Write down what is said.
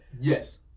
Yes